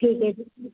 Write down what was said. ਠੀਕ ਐ ਜੀ